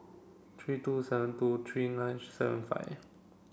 three two seven two three nine seven five